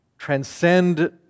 transcend